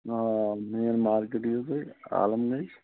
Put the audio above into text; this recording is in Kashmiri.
آ مین مارکیٚٹ یِیِو تُہۍ عالم گنج